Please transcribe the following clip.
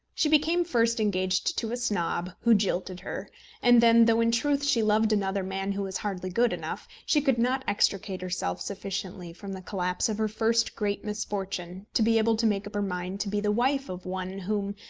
she became first engaged to a snob, who jilted her and then, though in truth she loved another man who was hardly good enough, she could not extricate herself sufficiently from the collapse of her first great misfortune to be able to make up her mind to be the wife of one whom,